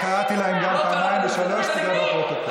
קראתי להם פעמיים ושלוש, תראה בפרוטוקול.